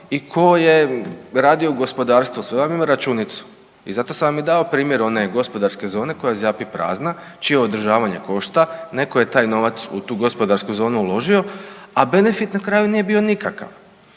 i tko je radio u gospodarstvu. Sve vam ima računicu. I zato sam vam i dao primjer one gospodarske zone koja zjapi prazna, čije održavanje košta, netko je taj novac u tu gospodarsku zonu uložio, a benefit na kraju nije bio nikakav.